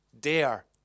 dare